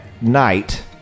night